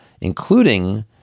including